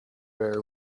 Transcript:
very